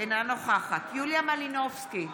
אינה נוכחת יוליה מלינובסקי,